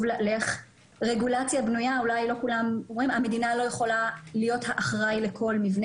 לא העירייה ולא היזמים בוחלים להפוך זיהום של אסבסט למפגע של